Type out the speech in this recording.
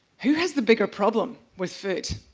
who has the bigger problem with food?